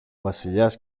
βασιλιάς